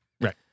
Right